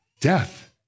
death